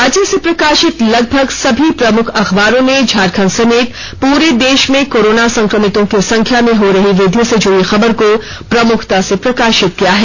राज्य से प्रकाशित लगभग सभी प्रमुख अखबारों ने झारखंड समेत पूरे देश में कोरोना संक्रमितों की संख्या में हो रही वृद्धि से जुड़ी खबर को प्रमुखता से प्रकाशित किया है